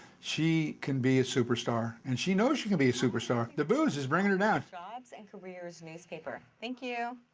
she can be a superstar. and she knows she can be a superstar. the booze is bringing her down. jobs and careers newspaper. thank you.